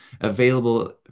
available